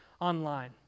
online